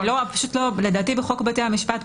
לדעתי בחוק בתי המשפט,